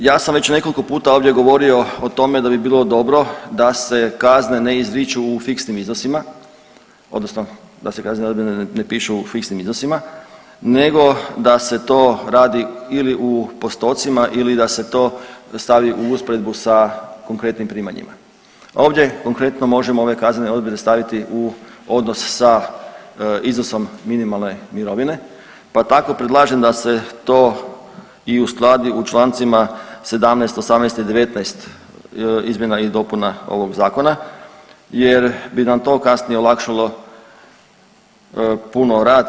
Nadalje, ja sam već nekoliko puta ovdje govorio o tome da bi bilo dobro da se kazne ne izriču u fiksnim iznosima, odnosno da se kazne ne pišu u fiksnim iznosima nego da se to radi ili u postocima ili da se to stavi u usporedbu sa konkretnim primanjima, a ovdje konkretno možemo ove kaznene odredbe staviti u odnos sa iznosom minimalne mirovine, pa tako predlažem da se to i uskladi u člancima, 17, 18 i 19 izmjena i dopuna ovog Zakona jer bi nam to kasnije olakšalo puno rad.